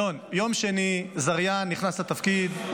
אלון, ביום שני זריהן נכנס לתפקיד.